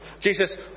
Jesus